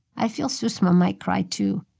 i feel susma might cry, too.